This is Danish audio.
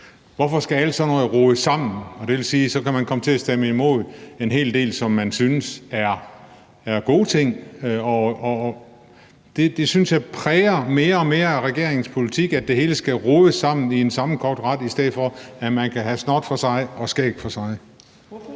Hvorfor skal alt sådan noget rodes sammen? Det betyder, at man kan komme til at stemme imod en hel del, som man synes er gode ting. Det synes jeg mere og mere præger regeringens politik, at det hele skal rodes sammen i en sammenkogt ret, i stedet for at man kan have snot for sig og skæg for sig. Kl.